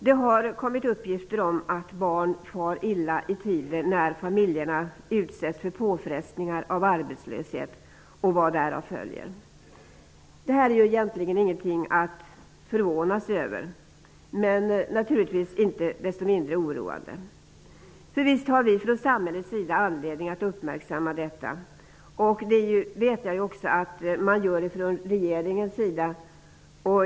Det har framkommit uppgifter om att barn far illa i tider då familjerna utsätts för påfrestningar genom arbetslöshet och vad därav följer. Detta är egentligen inget att förvånas över men naturligtvis inte desto mindre oroande. Visst har vi från samhällets sida anledning att uppmärksamma detta. Det vet jag att regeringen också gör.